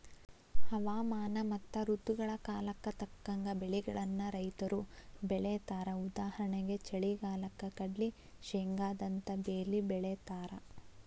ಹವಾಮಾನ ಮತ್ತ ಋತುಗಳ ಕಾಲಕ್ಕ ತಕ್ಕಂಗ ಬೆಳಿಗಳನ್ನ ರೈತರು ಬೆಳೇತಾರಉದಾಹರಣೆಗೆ ಚಳಿಗಾಲಕ್ಕ ಕಡ್ಲ್ಲಿ, ಶೇಂಗಾದಂತ ಬೇಲಿ ಬೆಳೇತಾರ